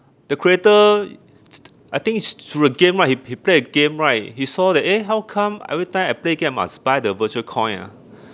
the creator I think through a game right he p~ he play a game right he saw that eh how come every time I play game I must buy the virtual coin ah